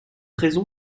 raison